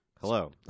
Hello